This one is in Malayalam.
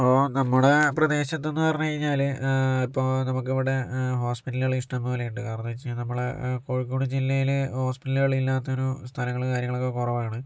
നമ്മുടെ പ്രദേശത്തെന്നു പറഞ്ഞു കഴിഞ്ഞാല് ഇപ്പോൾ നമുക്കിവിടെ ഹോസ്പിറ്റലുകള് ഇഷ്ടം പോലെ ഉണ്ട് കാരണന്ന് വെച്ച് കഴിഞ്ഞാൽ നമ്മളെ കോഴിക്കോട് ജില്ലയില് ഹോസ്പിറ്റലുകൾ ഇല്ലാത്തൊരു സ്ഥലങ്ങള് കാര്യങ്ങളൊക്കെ കുറവാണ്